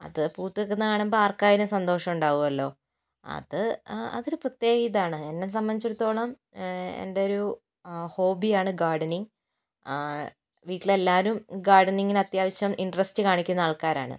അത് പൂത്തുനിൽക്കുന്നത് കാണുമ്പോൾ ആർക്കായാലും സന്തോഷം ഉണ്ടാവുമല്ലോ അത് അതൊരു പ്രത്യേക ഇതാണ് എന്നെ സംബന്ധിച്ചിടത്തോളം എൻ്റെ ഒരു ഹോബ്ബിയാണ് ഗാർഡനിങ് വീട്ടിലെ എല്ലാവരും ഗാർഡനിങ്ങിനു അത്യാവശ്യം ഇൻററസ്റ്റ് കാണിക്കുന്ന ആൾക്കാരാണ്